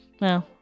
no